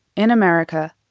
in america,